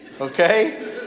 okay